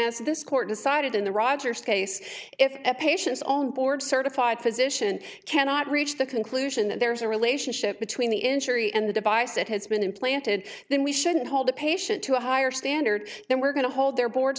as this court decided in the rogers case if a patient's own board certified physician cannot reach the conclusion that there is a relationship between the injury and the device that has been implanted then we shouldn't hold the patient to a higher standard then we're going to hold their board